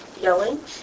Yelling